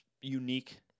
unique